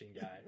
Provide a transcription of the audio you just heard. guy